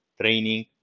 training